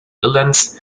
irlands